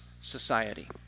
society